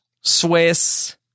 Swiss